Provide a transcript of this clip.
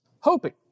hoping